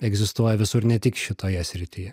egzistuoja visur ne tik šitoje srityje